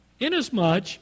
Inasmuch